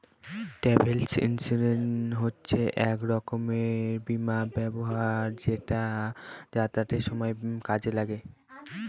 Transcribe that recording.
travel insurance হচ্ছে এক রকমের বীমা ব্যবস্থা যেটা যাতায়াতের সময় কাজে লাগে